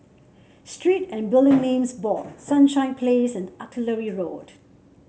Street and Building Names Board Sunshine Place and Artillery Road